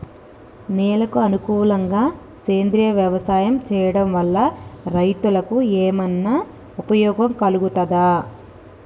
నేలకు అనుకూలంగా సేంద్రీయ వ్యవసాయం చేయడం వల్ల రైతులకు ఏమన్నా ఉపయోగం కలుగుతదా?